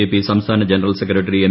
J P സംസ്ഥാന general secretary M